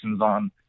on